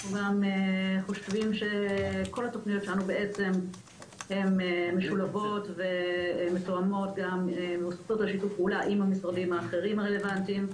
אנחנו חושבים שכל התוכניות שלנו משולבות ומתואמות עם המשרדים האחרים,